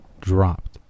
dropped